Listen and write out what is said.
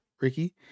ricky